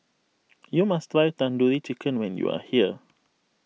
you must try Tandoori Chicken when you are here